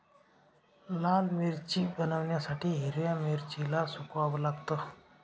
लाल मिरची बनवण्यासाठी हिरव्या मिरचीला सुकवाव लागतं